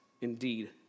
Indeed